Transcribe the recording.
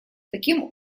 таким